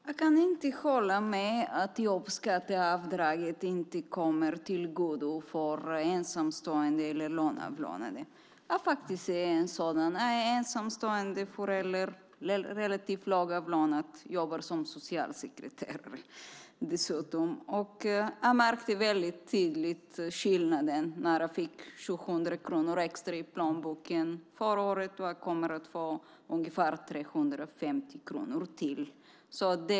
Herr talman! Jag kan inte hålla med om att jobbskatteavdraget inte kommer ensamstående eller lågavlönade tillgodo. Jag är en sådan. Jag är ensamstående förälder och relativt lågavlönad - jag jobbar som socialsekreterare dessutom. Jag märkte väldigt tydligt skillnaden när jag fick 700 kronor extra i plånboken förra året. Jag kommer att få ungefär 350 kronor till.